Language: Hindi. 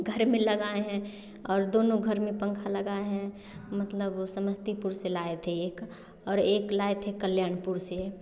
घर में लगाए हैं और दोनों घर में पंखा लागाए हैं मतलब समस्तीपुर से लाए थे एक और एक लाए थे कल्याणपुर से